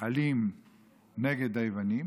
אלים נגד היוונים,